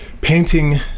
painting